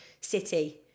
City